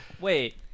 Wait